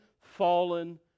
fallen